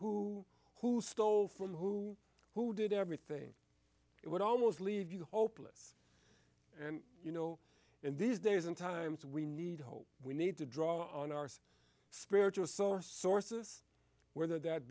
who who stole from who who did everything it would almost leave you hopeless and you know and these days sometimes we need hope we need to draw on our spiritual source sources whether that